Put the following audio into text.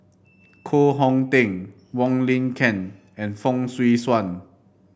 Koh Hong Teng Wong Lin Ken and Fong Swee Suan